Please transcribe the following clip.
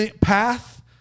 path